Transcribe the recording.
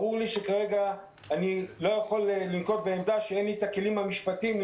ברור לי שכרגע אני לא יכול לנקוט בעמדה כאשר אין לנו את הכלים המשפטיים.